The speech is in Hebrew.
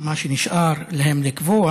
מה שנשאר להם זה לקבוע